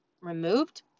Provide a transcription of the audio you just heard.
removed